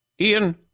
Ian